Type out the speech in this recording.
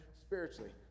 spiritually